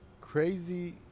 crazy